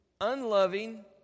unloving